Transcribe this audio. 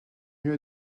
lieu